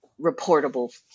reportable